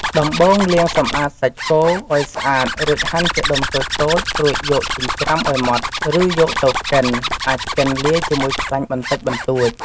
ដំបូង លាងសម្អាតសាច់គោឱ្យស្អាត រួចហាន់ជាដុំតូចៗ រួចយកចិញ្ច្រាំឱ្យម៉ដ្ឋ ឬយកទៅកិន អាចកិនលាយជាមួយខ្លាញ់បន្តិចបន្តួច។